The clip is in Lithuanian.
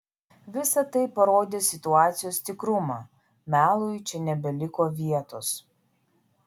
visa tai parodė situacijos tikrumą melui čia nebeliko vietos